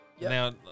Now